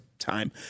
time